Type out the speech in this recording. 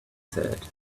said